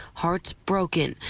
hearts broken.